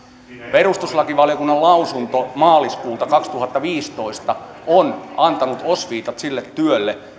perustuslakivaliokunnan lausunto maaliskuulta kaksituhattaviisitoista on antanut osviitat sille työlle